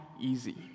easy